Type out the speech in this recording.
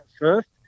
first